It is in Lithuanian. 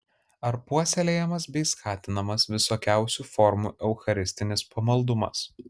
ar puoselėjamas bei skatinamas visokiausių formų eucharistinis pamaldumas